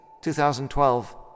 2012